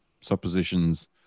suppositions